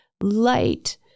Light